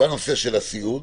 בנושא של הסיעוד